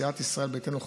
סיעת ישראל ביתנו,